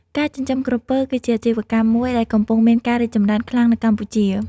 ការចិញ្ចឹមក្រពើ គឺជាអាជីវកម្មមួយដែលកំពុងមានការរីកចម្រើនខ្លាំងនៅកម្ពុជា។